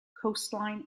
coastline